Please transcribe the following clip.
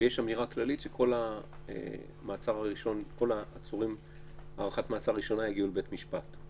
ויש אמירה כללית שכל העצורים בהארכת מעצר ראשונה יגיעו לבית משפט.